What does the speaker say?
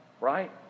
right